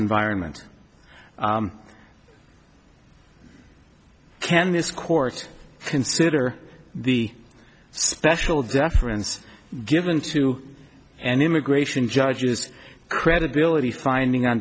environment can this court consider the special deference given to an immigration judge is credibility finding on